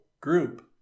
group